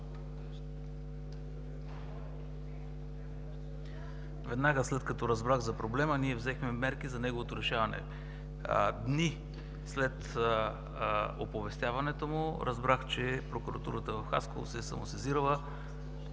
Веднага, след като разбрах за проблема, взехме мерки за неговото решаване. Дни след оповестяването му, разбрах, че прокуратурата в Хасково се е самосезирала.